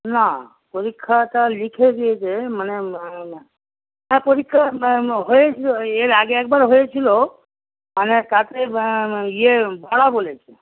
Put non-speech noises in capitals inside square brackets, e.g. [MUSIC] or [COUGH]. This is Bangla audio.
না পরীক্ষাটা লিখে দিয়েছে মানে [UNINTELLIGIBLE] হ্যাঁ পরীক্ষা হয়ে [UNINTELLIGIBLE] এর আগে একবার হয়েছিলো মানে তাতে ইয়ে [UNINTELLIGIBLE] বলেছে